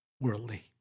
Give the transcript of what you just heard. worldly